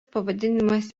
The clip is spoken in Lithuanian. pavadinimas